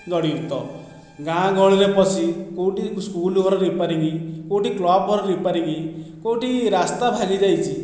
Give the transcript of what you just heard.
ଜଡ଼ିତ ଗାଁଗହଳିରେ ପଶି କେଉଁଠି ସ୍କୁଲ୍ ଘର ରିପେୟାରିଂ କେଉଁଠି କ୍ଲବ୍ ଘର ରିପେୟାରିଂ କେଉଁଠି ରାସ୍ତା ଭାଙ୍ଗିଯାଇଛି